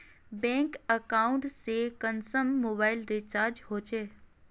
Bank account से कुंसम mobile recharge होचे?